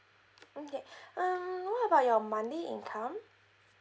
okay um what about your monthly income